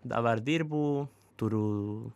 dabar dirbu turiu